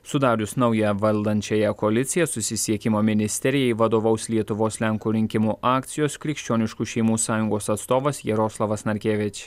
sudarius naują valdančiąją koaliciją susisiekimo ministerijai vadovaus lietuvos lenkų rinkimų akcijos krikščioniškų šeimų sąjungos atstovas jaroslavas narkevič